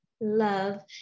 love